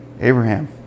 Abraham